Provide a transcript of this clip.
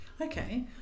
Okay